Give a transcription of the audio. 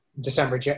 December